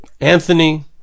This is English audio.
Anthony